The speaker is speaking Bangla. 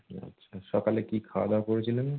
আচ্ছা সকালে কী খাওয়া দাওয়া করেছিলেন